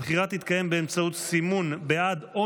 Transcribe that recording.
הבחירה תתקיים באמצעות סימון בעד או